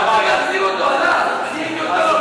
למה, שיחזירו אותו וישפטו אותו.